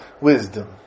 wisdom